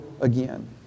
again